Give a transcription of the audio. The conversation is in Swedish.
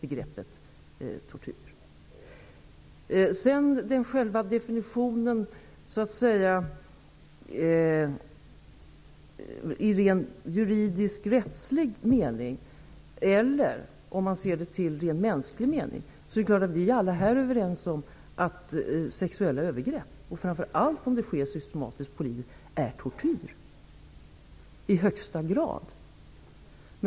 När det gäller själva definitionen i rent juridisk rättslig mening eller i rent mänsklig mening, är det klart att vi alla här är överens om att sexuella övergrepp, framför allt om de sker systematiskt och politiskt, är tortyr i högsta grad.